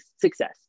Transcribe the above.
success